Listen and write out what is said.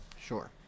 Sure